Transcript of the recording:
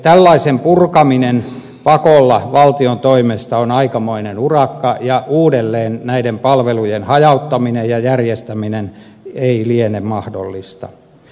tällaisen purkaminen pakolla valtion toimesta on aikamoinen urakka ja uudelleen näiden palvelujen hajauttaminen ja järjestäminen ei liene mahdollista